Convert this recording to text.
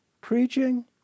preaching